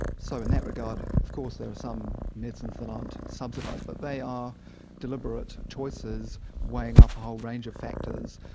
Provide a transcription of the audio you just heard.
so in that regard of course there are some medicines that aren't subsidised, but they are deliberate choices weighing up a whole range of factors,